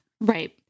Right